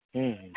ᱦᱮᱸ